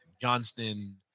Johnston